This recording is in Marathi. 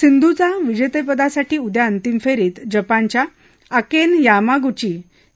सिंधूचा विजेतेपदासाठी उद्या अंतिम फेरीत जपानच्या अकेन यामागुची